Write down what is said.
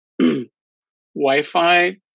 Wi-Fi